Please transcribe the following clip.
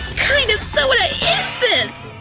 kind of soda is this!